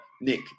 Nick